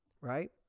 right